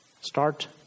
start